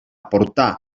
portar